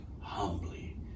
humbly